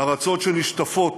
ארצות שנשטפות